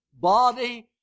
body